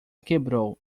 quebrou